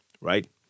right